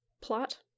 plot